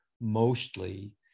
mostly